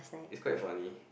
it's quite funny